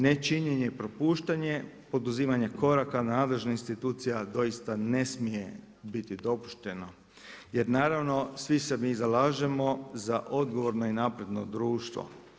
Nečinjenje, propuštanje, poduzimanje koraka nadležnih institucija doista ne smije biti dopušteno jer naravno svi se mi zalažemo za odgovorno i napredno društvo.